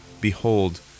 behold